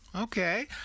Okay